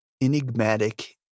enigmatic